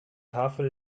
tafel